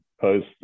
Post